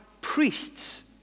priests